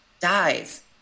dies